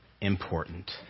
important